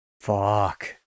Fuck